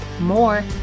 more